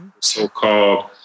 so-called